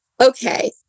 okay